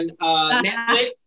Netflix